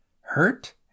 Hurt